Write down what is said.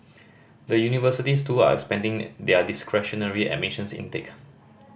the universities too are expanding their discretionary admissions intake